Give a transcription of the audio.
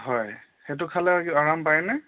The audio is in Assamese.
হয় সেইটো খালে আগ আৰাম পায়নে